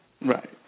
Right